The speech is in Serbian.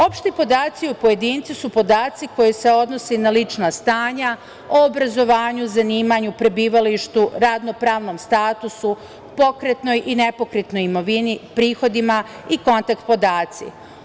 Opšti podaci o pojedincu su podaci koji se odnose na lična stanja, obrazovanju, zanimanju, prebivalištu, radno-pravnom statusu, pokretnoj i nepokretnoj imovini, prihodima i kontakt podaci.